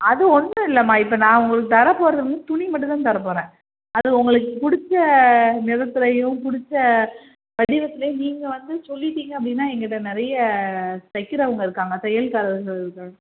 அது ஒன்றும் இல்லைம்மா இப்போ நான் உங்களுக்கு தரப்போகிறது வந்து துணி மட்டும் தான் தரப்போகிறேன் அது உங்களுக்கு பிடிச்ச நிறத்துலேயும் பிடிச்ச வடிவத்துலேயும் நீங்கள் வந்து சொல்லிவிட்டீங்க அப்படின்னா என் கிட்டே நிறைய தைக்கிறவங்க இருக்காங்க தையல்காரர்கள்